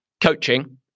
coaching